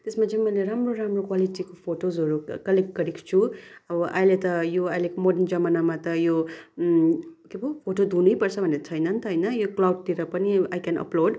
त्यसमा चाहिँ मैले राम्रो राम्रो क्वालिटीको फोटोजहरू कलेक्ट गरेको छु अब अहिले त यो अहिलेको मोर्डन जमानामा त यो के पो फोटो धुनै पर्छ भन्ने त छैन नि त होइन यो क्लाउडतिर पनि आई केन अप्लोड